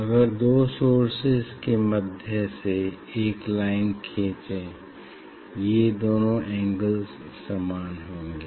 अगर दो सोर्सेज के मध्य से एक लाइन खेचे ये दोनों एंगल्स समान होंगे